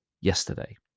yesterday